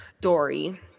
Dory